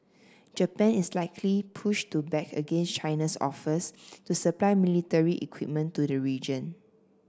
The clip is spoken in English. Japan is likely push to back against China's offers to supply military equipment to the region